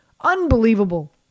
Unbelievable